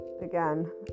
again